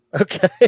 Okay